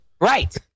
Right